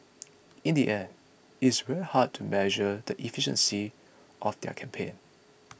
in the end it is very hard to measure the efficiency of their campaign